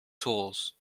tools